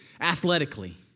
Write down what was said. athletically